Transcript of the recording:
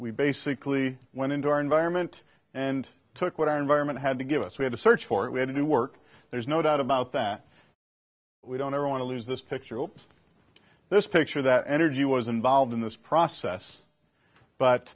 we basically went into our environment and took what our environment had to give us we had to search for it we had to do work there's no doubt about that we don't ever want to lose this picture or this picture that energy was involved in this process but